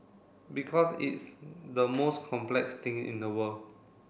because it's the most complex thing in the world